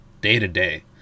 day-to-day